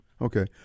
Okay